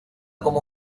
como